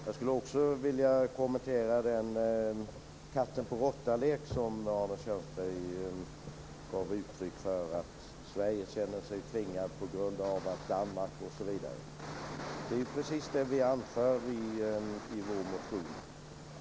Jag vill också kommentera den katten-på-råttanlek som Arne Kjörnsberg gav uttryck för när han sade att Sverige känner sig tvingat på grund av att Danmark osv. Det är precis detta som vi anför i vår motion.